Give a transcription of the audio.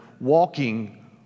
walking